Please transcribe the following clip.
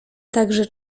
także